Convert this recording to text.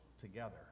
together